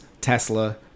Tesla